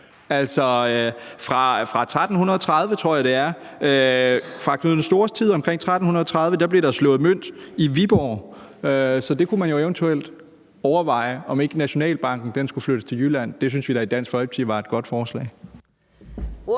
Altså, der blev fra Knud den Stores tid, fra omkring 1330, tror jeg det er, slået mønt i Viborg. Så man kunne jo eventuelt overveje, om Nationalbanken ikke skulle flyttes til Jylland. Det synes vi da i Dansk Folkeparti var et godt forslag.